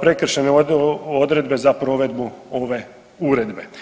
prekršajne odredbe za provedbu ove Uredbe.